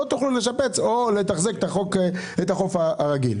לא תוכלו לשפץ או לתחזק את החוף הכללי.